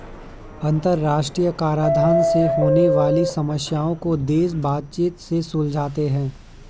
अंतरराष्ट्रीय कराधान से होने वाली समस्याओं को देश बातचीत से सुलझाते हैं